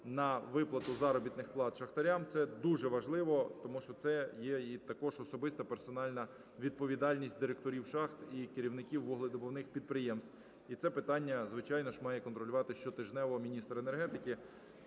на виплату заробітних плат шахтарям. Це дуже важливо, тому що це є і також особиста персональна відповідальність директорів шахт і керівників вуглевидобувних підприємств. І це питання, звичайно ж, має контролювати щотижнево міністр енергетики.